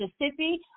Mississippi